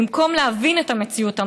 במקום להבין את המציאות המרה,